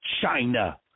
China